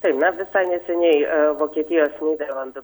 tai na visai neseniai vokietijos nyderlandų